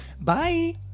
bye